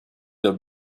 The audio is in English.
their